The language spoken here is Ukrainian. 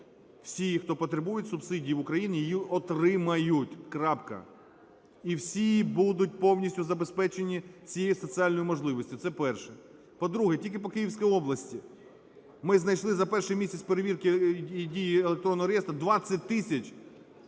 всі, хто потребують субсидій в Україні, її отримають – крапка. І всі будуть повністю забезпечені цією соціальною можливістю. Це перше. По-друге, тільки по Київській області ми знайшли за перший місяць перевірки і дії електронного реєстру 20 тисяч